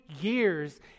years